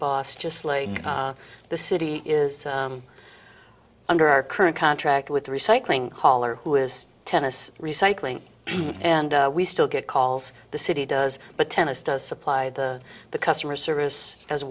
boss just like the city is under our current contract with the recycling caller who is tennis recycling and we still get calls the city does but tennis does supply the the customer service as